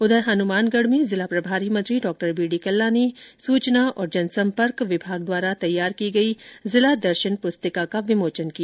उधर हनुमानगढ़ में जिला प्रभारी मंत्री डॉ बीडी कल्ला ने सूचना और जनसंपर्क विभाग द्वारा तैयार की गई जिला दर्शन पुस्तिका का विमोचन किया